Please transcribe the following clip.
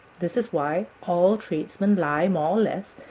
this is why all tradesmen lie more or less,